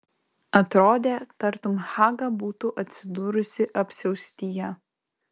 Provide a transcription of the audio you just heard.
atrodė tartum haga būtų atsidūrusi apsiaustyje